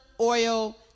oil